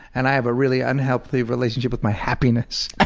and i have a really unhealthy relationship with my happiness.